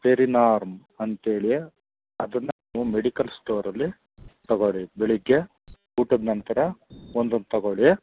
ಪೆರಿನಾರ್ಮ್ ಅಂತ್ಹೇಳಿ ಅದನ್ನು ನೀವು ಮೆಡಿಕಲ್ ಸ್ಟೋರಲ್ಲಿ ತಗೋಳ್ಳಿ ಬೆಳಗ್ಗೆ ಊಟದ ನಂತರ ಒಂದೊಂದು ತಗೋಳ್ಳಿ